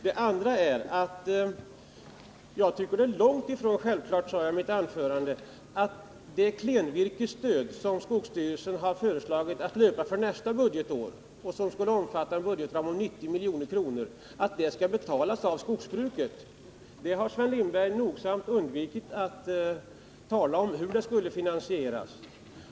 Det andra är att jag tycker att det är långt ifrån självklart — och jag sade det också i mitt tidigare anförande — att skogsbruket skall betala det klenvirkesstöd som skogsstyrelsen föreslagit att löpa för nästa budgetår och som skulle omfatta en budgetram om 90 milj.kr. Men Sven Lindberg har nogsamt undvikit att tala om hur det skulle finansieras.